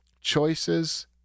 choices